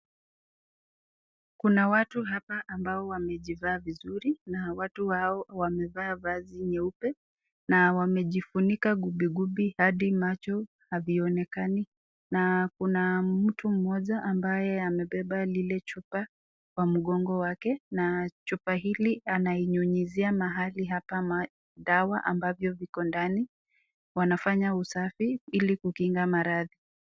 Kuna watu hapa ambao wamejivaa vizuri na watu hao wamevaa vazi nyeupe na wamejifunika gubigubi hadi macho havionekani. Na kuna mtu mmoja ambaye amebeba lile chupa kwa mgongo wake na chupa hili anainyunyizia mahali hapa madawa ambavyo viko ndani, wanafanya usafi uli kukinga maradhi.